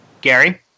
Gary